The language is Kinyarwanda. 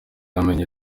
bamenya